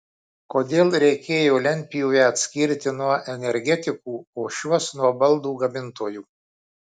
kodėl reikėjo lentpjūvę atskirti nuo energetikų o šiuos nuo baldų gamintojų